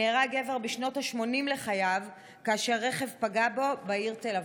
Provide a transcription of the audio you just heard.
נהרג גבר בשנות השמונים לחייו כאשר רכב פגע בו בעיר תל אביב.